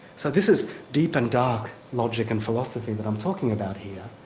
so this is deep and dark logic and philosophy that i'm talking about here,